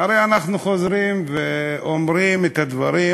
הרי אנחנו חוזרים ואומרים את הדברים